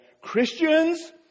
Christians